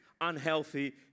unhealthy